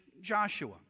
Joshua